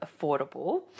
affordable